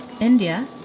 India